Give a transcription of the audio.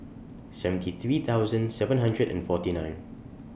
seventy three thousand seven hundred and forty nine